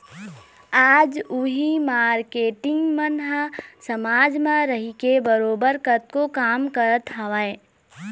आज उही मारकेटिंग मन ह समाज म रहिके बरोबर कतको काम करत हवँय